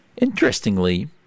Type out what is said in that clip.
Interestingly